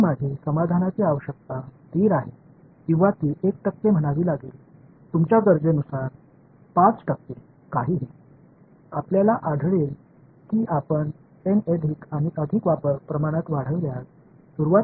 நீங்கள் கண்டுபிடிப்பது என்னவென்றால் நீங்கள் N ஐ மேலும் மேலும் அதிகரிக்கத் தொடங்குகிறீர்கள் ஒரு கட்டத்தில் உங்கள் கணக்கீட்டு செலவு மிகப் பெரியதாகிறது ஆனால் தீர்வில் உங்கள் முன்னேற்றம் மிகக் குறைவாகிறது